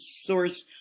source